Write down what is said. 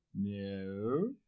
No